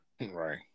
Right